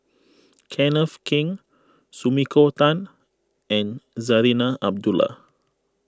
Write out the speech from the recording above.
Kenneth Keng Sumiko Tan and Zarinah Abdullah